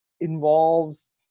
involves